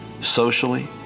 socially